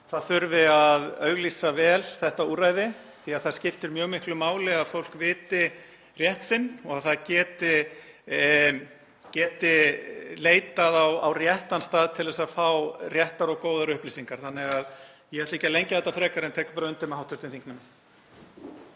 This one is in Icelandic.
það þurfi að auglýsa þetta úrræði vel því að það skiptir mjög miklu máli að fólk viti rétt sinn og að það geti leitað á réttan stað til að fá réttar og góðar upplýsingar. Ég ætla ekki að lengja þetta frekar en tek undir með hv. þingmanni.